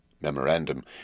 memorandum